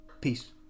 Peace